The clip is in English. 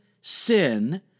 sin